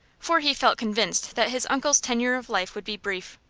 for he felt convinced that his uncle's tenure of life would be brief.